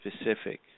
specific